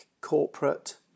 corporate